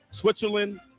Switzerland